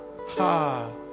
Ha